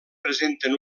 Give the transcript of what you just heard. presenten